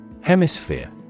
Hemisphere